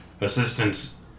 Assistance